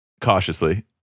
cautiously